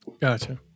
Gotcha